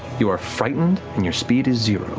you are frightened and your speed is zero